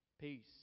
peace